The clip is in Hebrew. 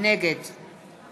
נגד